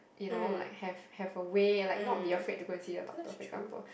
you know like have have a way like not be afraid to go and see a doctor for example